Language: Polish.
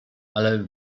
ale